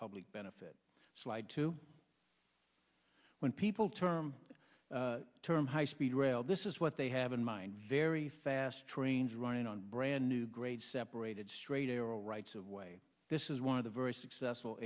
public benefit slide to when people term the term high speed rail this is what they have in mind very fast trains running on brand new grade separated straight arrow rights of way this is one of the very successful